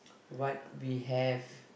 what we have